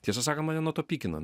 tiesą sakan mane nuo to pykina